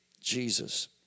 Jesus